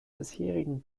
bisherigen